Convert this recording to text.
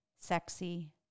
sexy